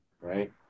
right